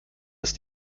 ist